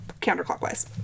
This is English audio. counterclockwise